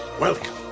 Welcome